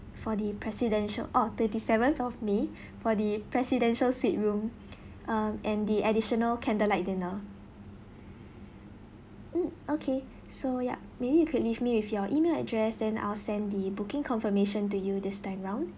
for the presidential oh twenty seventh of may for the presidential suite room um and the additional candlelight dinner mm okay so yup maybe you could leave me with your email address then I'll send the booking confirmation to you this time round